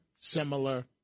similar